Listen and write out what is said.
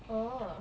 orh